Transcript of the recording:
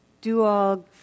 do-all